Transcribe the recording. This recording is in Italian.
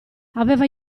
aveva